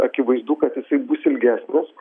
akivaizdu kad jisai bus ilgesnis